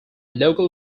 local